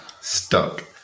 stuck